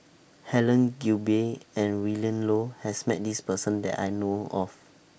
Helen Gilbey and Willin Low has Met This Person that I know of